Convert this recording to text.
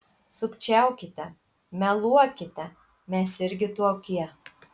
sukčiaukite meluokite mes irgi tokie